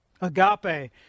Agape